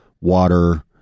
water